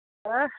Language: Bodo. ओह